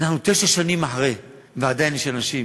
אנחנו תשע שנים אחרי, ועדיין יש אנשים